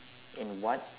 in what